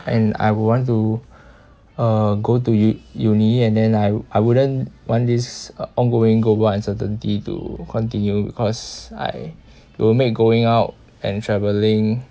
and I would want to uh go to u~ uni and then I I wouldn't want this uh ongoing global uncertainty to continue cause I it will make going out and travelling